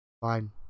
Fine